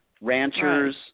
ranchers